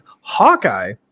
Hawkeye